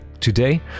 Today